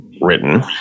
written